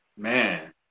Man